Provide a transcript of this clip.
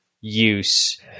Use